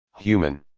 human.